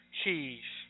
cheese